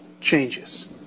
changes